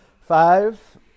Five